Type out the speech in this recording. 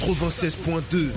96.2